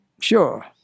sure